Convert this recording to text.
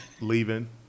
leaving